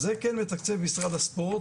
אז זה כן מתקצב משרד הספורט,